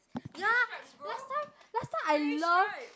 ya last time last time I love